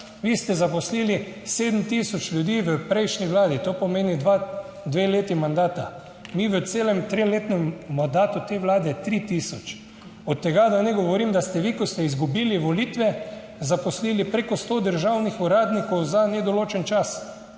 Vi ste zaposlili 7 tisoč ljudi v prejšnji vladi, to pomeni dva, dve leti mandata, mi v celem triletnem mandatu te Vlade 3 tisoč. Od tega, da ne govorim, da ste vi, ko ste izgubili volitve, zaposlili preko sto državnih uradnikov za nedoločen čas